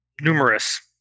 numerous